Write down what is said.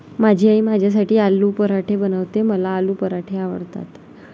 माझी आई माझ्यासाठी आलू पराठे बनवते, मला आलू पराठे आवडतात